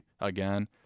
again